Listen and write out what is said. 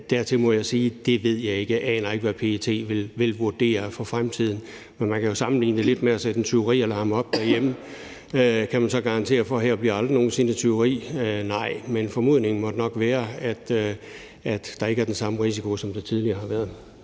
Dertil må jeg sige, at det ved jeg ikke. Jeg aner ikke, hvad PET vil vurdere for fremtiden. Men man kan jo sammenligne det lidt med at sætte en tyverialarm op derhjemme, og kan man så garantere for, at der dér aldrig nogen sinde bliver begået tyveri? Nej, men formodningen måtte nok være, at der ikke er den samme risiko, som der tidligere har været.